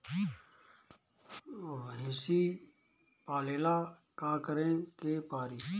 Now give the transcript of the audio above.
भइसी पालेला का करे के पारी?